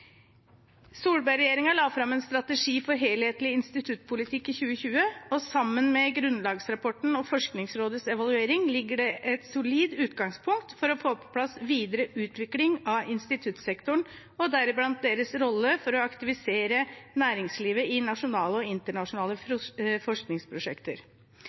la fram en strategi for helhetlig instituttpolitikk i 2020, og sammen med grunnlagsrapporten og Forskningsrådets evaluering ligger det et solid utgangspunkt for å få på plass videre utvikling av instituttsektoren og deriblant deres rolle for å aktivisere næringslivet i nasjonale og internasjonale forskningsprosjekter.